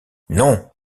non